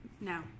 No